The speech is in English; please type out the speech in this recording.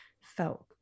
felt